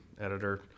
editor